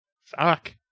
fuck